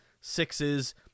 sixes